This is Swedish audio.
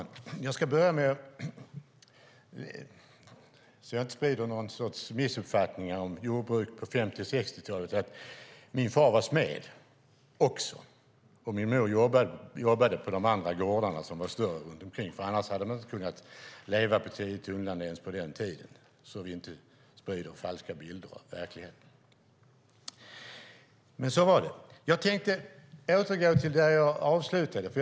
Fru talman! För att jag inte ska sprida några missuppfattningar om jordbruk på 50 och 60-talen ska jag säga följande. Min far var även smed, och min mor jobbade på de andra gårdarna runt omkring som var större. Annars hade de inte kunnat leva på tio tunnland ens på den tiden. Vi ska inte sprida några falska bilder av verkligheten. Men så var det. Jag tänkte återgå till det som jag avslutade mitt förra inlägg med.